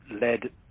led